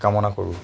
কামনা কৰোঁ